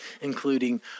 including